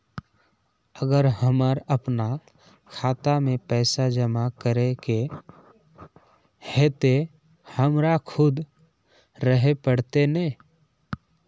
अगर हमर अपना खाता में पैसा जमा करे के है ते हमरा खुद रहे पड़ते ने?